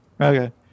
Okay